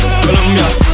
Colombia